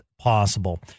possible